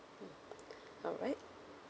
alright